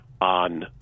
on